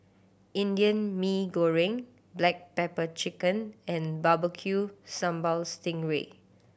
Indian Mee Goreng black pepper chicken and Barbecue Sambal sting ray